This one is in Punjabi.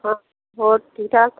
ਹੋਰ ਹੋਰ ਠੀਕ ਠਾਕ